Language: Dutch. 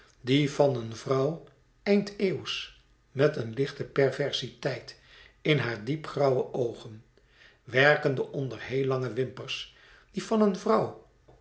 die van een vrouw eindeeuwsch met een lichte perversiteit in hare diep grauwe oogen werkende onder heel lange wimpers die van een vrouw